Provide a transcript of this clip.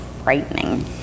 frightening